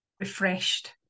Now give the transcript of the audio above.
refreshed